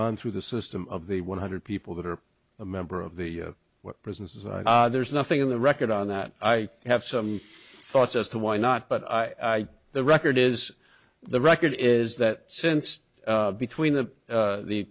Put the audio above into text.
gone through the system of the one hundred people that are a member of the prison says there's nothing in the record on that i have some thoughts as to why not but i the record is the record is that since between th